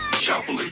shuffle